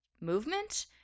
movement